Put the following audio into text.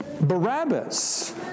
Barabbas